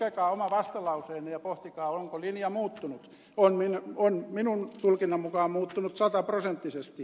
lukekaa oma vastalauseenne ja pohtikaa onko linja muuttunut on minun tulkintani mukaan muuttunut sataprosenttisesti